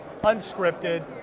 Unscripted